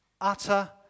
utter